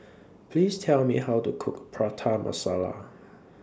Please Tell Me How to Cook Prata Masala